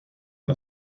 are